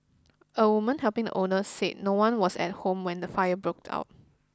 a woman helping the owner said no one was at home when the fire broke out